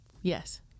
Yes